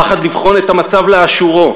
הפחד לבחון את המצב לאשורו,